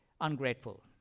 ungrateful